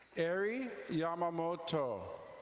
ari yamamoto.